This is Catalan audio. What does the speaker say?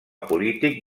polític